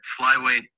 flyweight